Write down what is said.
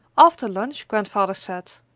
after lunch grandfather said,